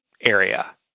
area